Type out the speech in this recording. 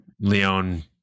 Leon